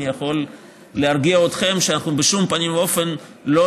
אני יכול להרגיע אתכם שאנחנו בשום פנים ואופן לא